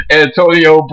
Antonio